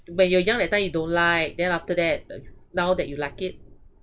when you're young that time you don't like then after that now that you like it